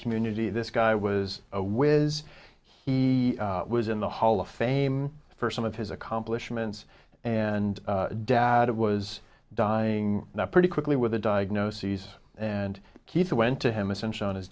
community this guy was a whiz he was in the hall of fame for some of his accomplishments and dad was dying that pretty quickly with a diagnoses and keith went to him essentially on his